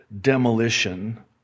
demolition